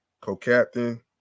co-captain